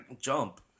Jump